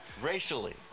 racially